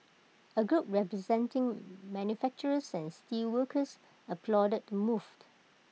A group representing manufacturers and steelworkers applauded the move